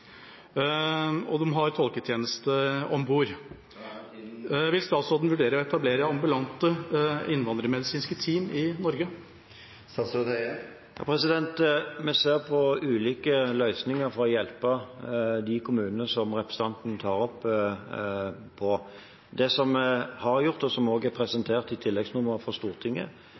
og de har tolketjeneste om bord. Vil statsråden vurdere å etablere ambulante innvandrermedisinske team i Norge? Vi ser på ulike løsninger for å hjelpe de kommunene som representanten tar opp. Det vi har gjort, og som også er presentert i tilleggsnummeret for Stortinget og i andre budsjettdokumenter, er